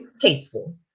Tasteful